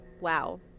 Wow